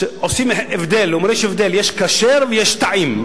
יש הבדל, יש כשר, ויש טעים.